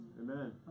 Amen